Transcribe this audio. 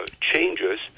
changes